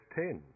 ten